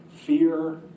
Fear